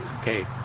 Okay